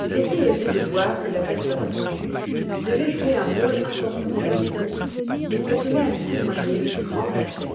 il était aisé de voir que la personne attendue devait jouer un rôle important dans la maison et qu'on tenait à lui témoigner le plus grand respect